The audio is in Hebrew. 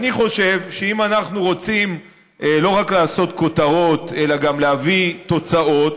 אני חושב שאם אנחנו רוצים לא רק לעשות כותרות אלא גם להביא תוצאות,